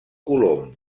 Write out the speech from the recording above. colom